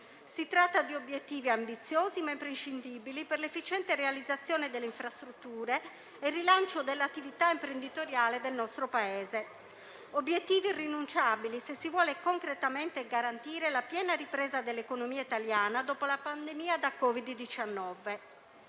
Si tratta di obiettivi ambiziosi, ma imprescindibili per l'efficiente realizzazione delle infrastrutture e il rilancio dell'attività imprenditoriale del nostro Paese, e irrinunciabili, se si vuole concretamente garantire la piena ripresa dell'economia italiana dopo la pandemia da Covid-19.